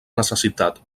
necessitat